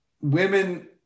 Women